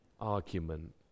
argument